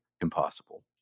impossible